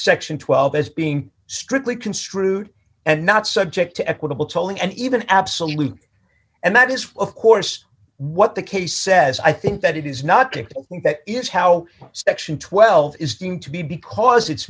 section twelve as being strictly construed and not subject to equitable tolling and even absolute and that is of course what the case says i think that it is not kicked that is how section twelve is deemed to be because it's